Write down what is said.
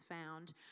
found